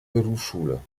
berufsschule